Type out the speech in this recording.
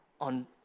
on